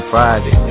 Friday